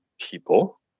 people